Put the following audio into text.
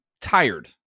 tired